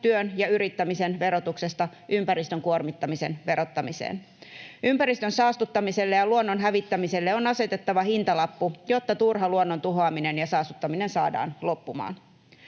työn ja yrittämisen verotuksesta ympäristön kuormittamisen verottamiseen. Ympäristön saastuttamiselle ja luonnon hävittämiselle on asetettava hintalappu, jotta turha luonnon tuhoaminen ja saastuttaminen saadaan loppumaan.